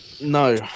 No